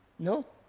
no?